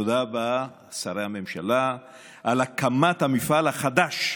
תודה רבה לשרי הממשלה על הקמת המפעל החדש,